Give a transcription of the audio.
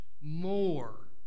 more